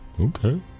okay